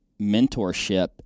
mentorship